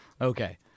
Okay